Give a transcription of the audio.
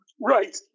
right